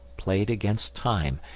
played against time,